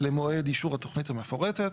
למועד אישור התוכנית המפורטת.